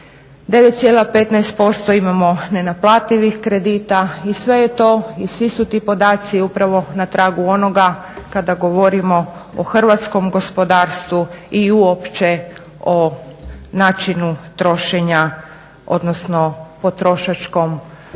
9,15% imamo nenaplativih kredita i sve je to i svi su ti podaci upravo na tragu onoga kada govorimo o hrvatskom gospodarstvu i uopće o načinu trošenja, odnosno potrošačkim navikama